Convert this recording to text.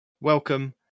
welcome